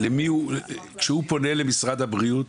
כשהוא פונה למשרד הבריאות,